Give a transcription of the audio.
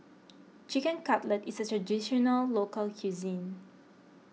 Chicken Cutlet is a Traditional Local Cuisine